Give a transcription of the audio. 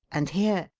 and here,